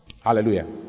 Hallelujah